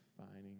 defining